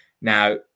Now